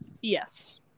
Yes